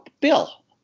Bill